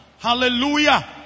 Hallelujah